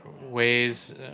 ways